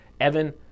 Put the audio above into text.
Evan